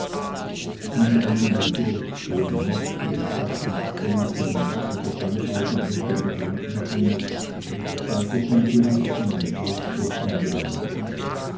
an anneli durfte und mochte ich fast nicht denken und wurde doch alle augenblicke daran erinnert bald durch mein gewissen bald durch andere leute